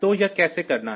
तो यह कैसे करना है